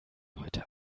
heute